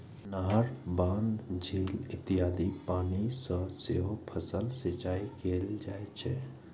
नहर, बांध, झील इत्यादिक पानि सं सेहो फसलक सिंचाइ कैल जाइ छै